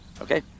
Okay